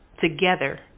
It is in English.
Together